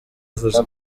avuze